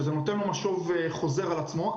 שזה נותן לו משוב חוזר על עצמו,